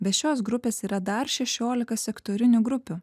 be šios grupės yra dar šešiolika sektorinių grupių